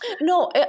no